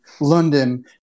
london